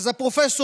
אז הפרופ'